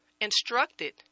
instructed